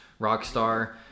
rockstar